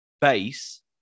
base